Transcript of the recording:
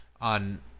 on